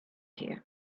here